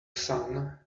sun